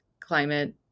climate